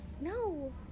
No